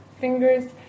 fingers